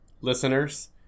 listeners